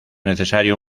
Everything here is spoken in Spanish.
necesario